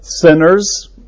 sinners